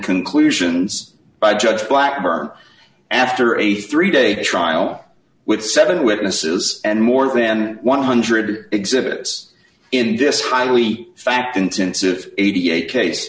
conclusions by judge blackburn after a three day trial with seven witnesses and more than one hundred exhibits in this highly fact intensive eighty eight case